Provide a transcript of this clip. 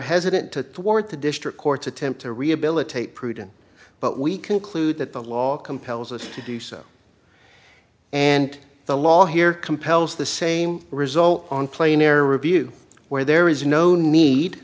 hesitant to thwart the district court's attempt to rehabilitate prudence but we conclude that the law compels us to do so and the law here compels the same result on plain air review where there is no need